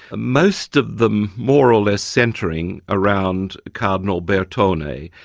most of them more or less centring around cardinal bertone.